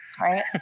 Right